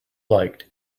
liked